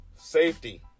safety